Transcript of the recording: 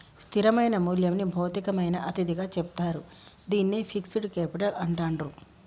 స్థిరమైన మూల్యంని భౌతికమైన అతిథిగా చెప్తారు, దీన్నే ఫిక్స్డ్ కేపిటల్ అంటాండ్రు